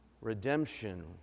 redemption